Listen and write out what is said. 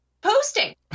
posting